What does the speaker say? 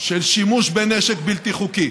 של שימוש בנשק בלתי חוקי,